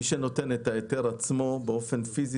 מי שנותן את ההיתר עצמו באופן פיזי,